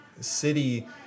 city